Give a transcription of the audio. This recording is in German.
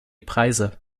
preise